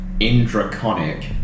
Indraconic